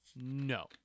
No